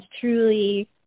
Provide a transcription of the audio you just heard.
truly